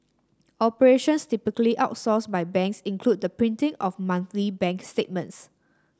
operations typically outsourced by banks include the printing of monthly bank statements